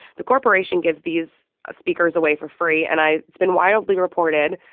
the corporation gives these speakers away for free, and i. it's been wildly reported.